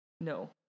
No